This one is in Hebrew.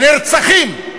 שנרצחים,